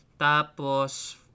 tapos